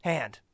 Hand